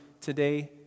today